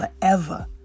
forever